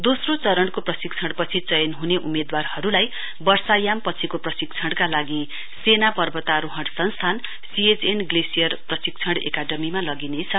दोस्रो चरणको प्रशिक्षणपछि चयन हने उम्मेदवारहरुलाई वर्षायाम पछि प्रशिक्षणका लागि सेना पर्वतारोहण संस्थान ग्लेशियर प्रशिक्षण एकाङमीमा लागिनेछ